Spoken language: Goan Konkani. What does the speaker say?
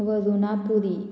वरुणापुरी